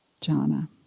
jhana